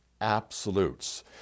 absolutes